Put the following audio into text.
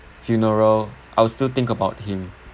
funeral I will still think about him